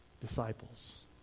disciples